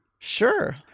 Sure